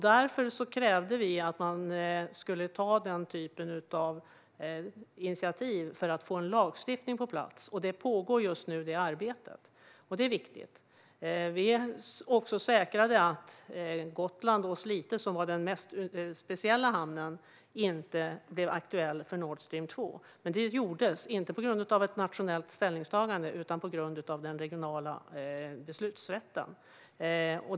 Därför krävde vi att man skulle ta denna typ av initiativ för att få en lagstiftning på plats. Detta arbete pågår just nu, och det är viktigt. Vi säkrade också att Gotland och Slite, som var den mest speciella hamnen, inte blev aktuella för Nordstream 2. Det gjordes inte på grund av ett nationellt ställningstagande utan på grund av den regionala beslutsrätten.